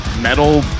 metal